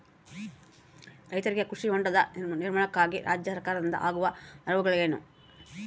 ರೈತರಿಗೆ ಕೃಷಿ ಹೊಂಡದ ನಿರ್ಮಾಣಕ್ಕಾಗಿ ರಾಜ್ಯ ಸರ್ಕಾರದಿಂದ ಆಗುವ ನೆರವುಗಳೇನು?